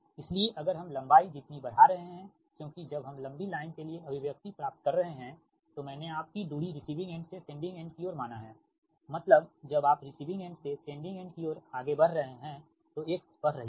इसलिए अगर हम लंबाई जितनी बढ़ा रहे हैं क्योंकि जब हम लंबी लाइन के लिए अभिव्यक्ति प्राप्त कर रहे हैं तो मैंने आपकी दूरी रिसीविंग एंड से सेंडिंग एंड की ओर माना हैमतलब जब आप रिसीविंग एंड से सेंडिंग एंड की ओर आगे बढ़ रहे हैं तो x बढ़ रही है